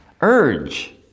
urge